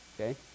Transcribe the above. okay